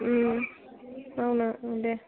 बावनाङा दे